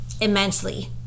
immensely